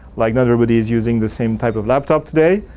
like not everybody is using the same type of laptop today.